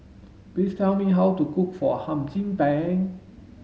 please tell me how to cook for Hum Chim Peng